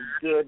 good